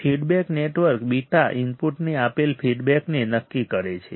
feedback network β ઇનપુટને આપેલ ફીડબેકને નક્કી કરે છે